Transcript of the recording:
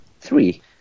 Three